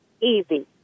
easy